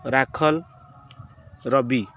Rakhal Ravi